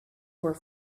were